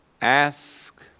Ask